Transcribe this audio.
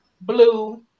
blue